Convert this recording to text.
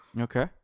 Okay